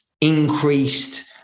increased